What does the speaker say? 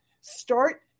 start